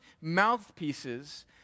mouthpieces